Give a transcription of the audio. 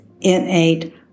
innate